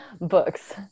books